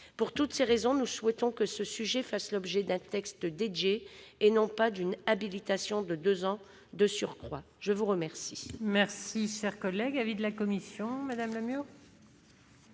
Pour toutes ces raisons, nous souhaitons que ce sujet fasse l'objet d'un texte dédié et non pas d'une habilitation, de surcroît de deux ans.